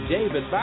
David